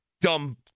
dumb